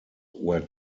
where